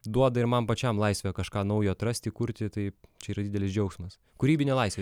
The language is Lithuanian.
duoda ir man pačiam laisvę kažką naujo atrasti kurti tai čia yra didelis džiaugsmas kūrybinė laisvė